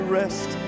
rest